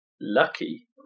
lucky